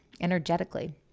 energetically